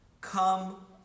Come